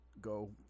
go